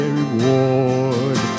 reward